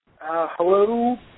hello